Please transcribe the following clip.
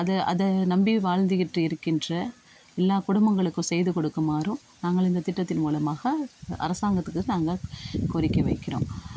அதை அதை நம்பி வாழ்ந்துகிட்டு இருக்கின்ற எல்லா குடும்பங்களுக்கு செய்து கொடுக்குமாறும் நாங்கள் இந்த திட்டத்தின் மூலமாக அரசாங்கத்துக்கு நாங்கள் கோரிக்கை வைக்கிறோம்